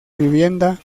vivienda